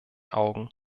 augen